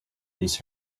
these